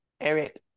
Eric